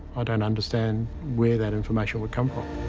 i don't understand where that information would come from.